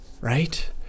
Right